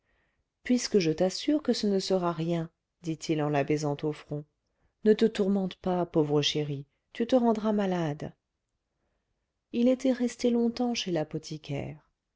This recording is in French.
puisque je t'assure que ce ne sera rien dit-il en la baisant au front ne te tourmente pas pauvre chérie tu te rendras malade il était resté longtemps chez l'apothicaire